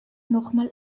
nochmal